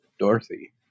Dorothy